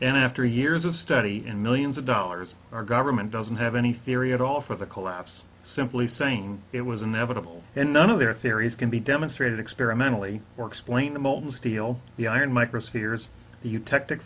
and after years of study and millions of dollars our government doesn't have any theory at all for the collapse simply saying it was inevitable and none of their theories can be demonstrated experimentally or explain the molten steel the iron microspheres eutectic